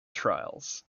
trials